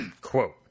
quote